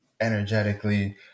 energetically